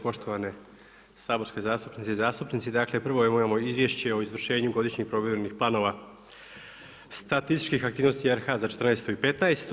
Poštovane saborske zastupnice i zastupnici, dakle prvo imamo izvješće o izvršenju godišnjeg provjerenih planova statističkih aktivnosti RH za 2014. i 2015.